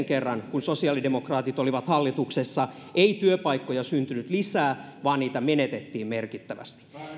kerran kun sosiaalidemokraatit olivat hallituksessa ei työpaikkoja syntynyt lisää vaan niitä menetettiin merkittävästi